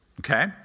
okay